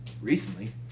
Recently